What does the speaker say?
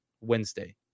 Wednesday